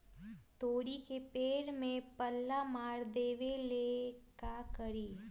तोड़ी के पेड़ में पल्ला मार देबे ले का करी?